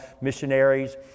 missionaries